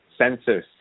sensors